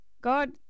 God